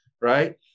right